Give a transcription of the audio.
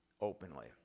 openly